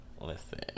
Listen